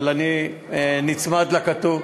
אבל אני נצמד לכתוב.